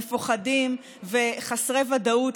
מפוחדים וחסרי ודאות,